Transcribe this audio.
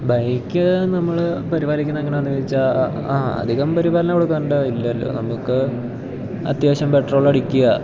bike നമ്മള് പരിപാലിക്കുന്നത് എങ്ങനെയാണെന്ന് അധികം പരിപാലനം കൊടുക്കണ്ടത് ഇല്ലല്ലോ നമുക്ക് അത്യാവശ്യം പെട്രോളടിക്കുക